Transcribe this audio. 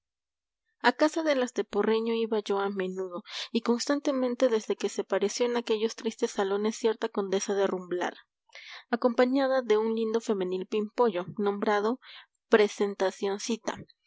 casa de las de porreño iba yo a menudo y constantemente desde que se apareció en aquellos tristes salones cierta condesa de rumblar acompañada de un lindo femenil pimpollo nombrado